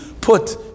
put